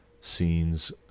scenes